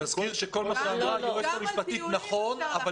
אני מזכיר שכל מה שאמרה היועצת המשפטית נכון,